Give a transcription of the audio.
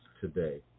today